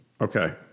Okay